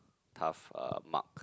tough uh mark